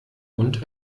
und